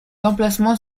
emplacement